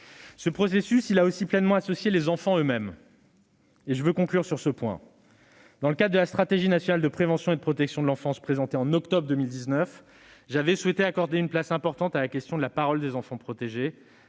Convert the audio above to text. Ce processus a aussi pleinement associé les enfants eux-mêmes et je conclurai sur ce point. Dans le cadre de la stratégie nationale de prévention et de protection de l'enfance présentée en octobre 2019, j'avais souhaité accorder une place importante à la question de la parole des enfants protégés,